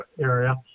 area